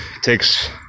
takes